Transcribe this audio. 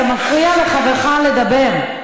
אתה מפריע לחברך לדבר.